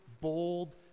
bold